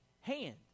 hand